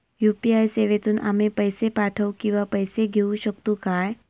UPI सेवेतून आम्ही पैसे पाठव किंवा पैसे घेऊ शकतू काय?